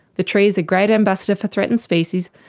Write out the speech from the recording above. the tree is a great ambassador for threatened species,